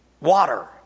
Water